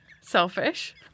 Selfish